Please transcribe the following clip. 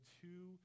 two